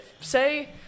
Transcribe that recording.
say